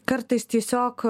kartais tiesiog